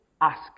ask